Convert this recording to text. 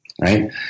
right